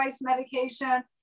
medication